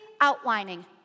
outlining